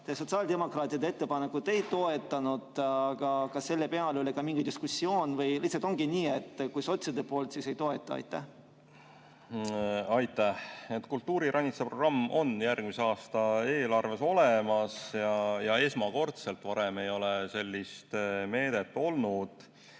Te sotsiaaldemokraatide ettepanekut ei toetanud, aga kas selle üle oli ka mingi diskussioon või lihtsalt ongi nii, et kui tuleb sotside poolt, siis ei toeta? Aitäh! Kultuuriranitsa programm on järgmise aasta eelarves olemas ja esmakordselt, varem ei ole sellist meedet olnud.